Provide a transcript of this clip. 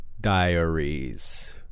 diaries